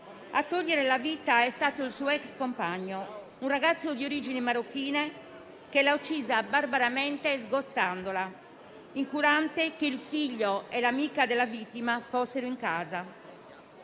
A toglierle la vita è stato il suo ex compagno, un ragazzo di origini marocchine, che l'ha uccisa barbaramente sgozzandola, incurante che il figlio e l'amica della vittima fossero in casa.